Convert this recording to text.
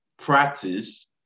practice